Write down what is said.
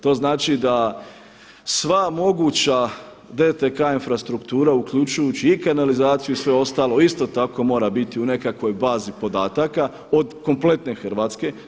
To znači da sva moguća DTK infrastruktura uključujući i kanalizaciju i sve ostalo isto tako mora biti u nekakvoj bazi podataka od kompletne Hrvatske.